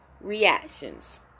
reactions